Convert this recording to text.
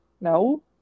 No